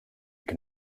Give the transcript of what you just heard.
can